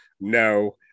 no